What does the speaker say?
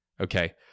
okay